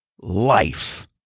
life